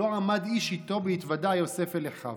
"לא עמד איש אתו בהתודע יוסף אל אחיו".